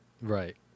Right